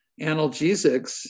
analgesics